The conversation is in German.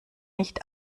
nicht